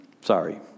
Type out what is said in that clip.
Sorry